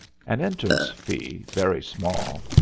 an entrance fee, very small,